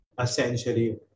essentially